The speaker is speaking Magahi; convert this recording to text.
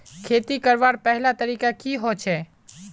खेती करवार पहला तरीका की होचए?